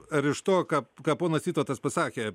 ar iš to ką ką ponas vytautas pasakė